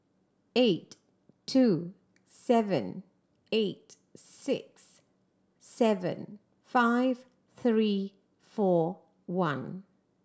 eight two seven eight six seven five three four one